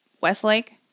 Westlake